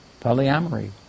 polyamory